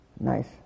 Nice